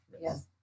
Yes